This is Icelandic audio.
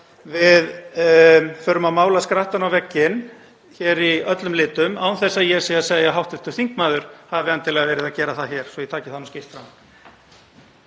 við förum að mála skrattann á vegginn hér í öllum litum, án þess að ég sé að segja að hv. þingmaður hafi endilega verið að gera það hér, svo ég taki það nú skýrt fram.